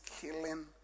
killing